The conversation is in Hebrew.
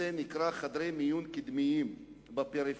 שנקרא חדרי מיון קדמיים בפריפריה.